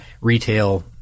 retail